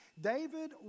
David